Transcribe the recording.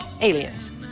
aliens